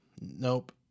nope